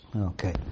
Okay